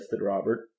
robert